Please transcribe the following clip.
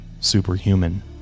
superhuman